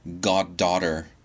goddaughter